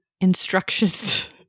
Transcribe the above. instructions